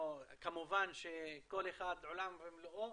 כמובן שכל אחד עולם ומלואו